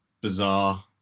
bizarre